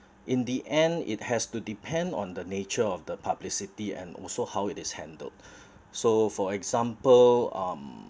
in the end it has to depend on the nature of the publicity and also how it is handled so for example um